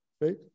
right